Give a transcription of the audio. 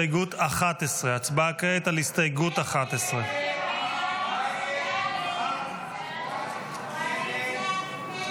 הסתייגות 11. ההצבעה כעת על הסתייגות 11. הסתייגות 11